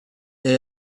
they